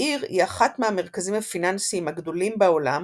העיר היא אחת מהמרכזים הפיננסיים הגדולים בעולם